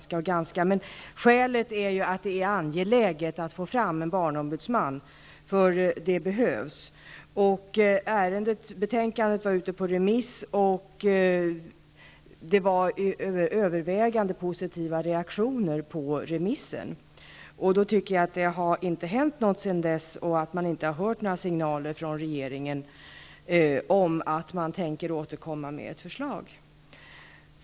Min fråga är alltså föranledd av att det är angeläget att få fram en barnombudsman, eftersom en sådan behövs. Betänkandet i denna fråga var således ute på remiss, och remissvaren var övervägande positiva. Det verkar inte ha hänt något sedan dess, och inga signaler har kommit från regeringen om att man tänker återkomma med ett förslag.